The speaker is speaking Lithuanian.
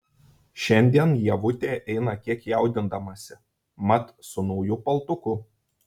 šiandien ievutė eina kiek jaudindamasi mat su nauju paltuku